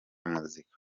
muzika